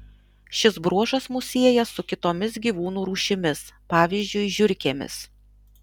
šis bruožas mus sieja su kitomis gyvūnų rūšimis pavyzdžiui žiurkėmis